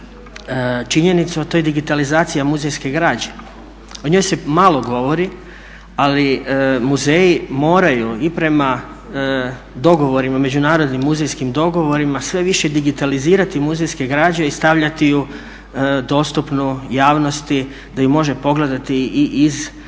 činjenicu, a to je digitalizacija muzejske građe. O njoj se malo govori, ali muzeji moraju i prema dogovorima međunarodnim muzejskim dogovorima sve više digitalizirati muzejske građe i stavljati ju dostupnu javnosti da ju može pogledati i iz svoga